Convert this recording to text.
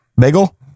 bagel